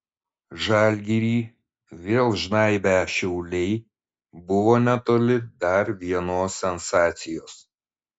žalgirį vėl žnaibę šiauliai buvo netoli dar vienos sensacijos